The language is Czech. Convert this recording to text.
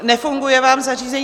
Nefunguje vám zařízení?